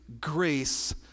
grace